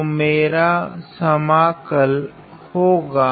तो मेरा समाकल होगा